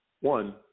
one